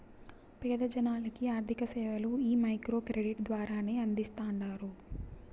పేద జనాలకి ఆర్థిక సేవలు ఈ మైక్రో క్రెడిట్ ద్వారానే అందిస్తాండారు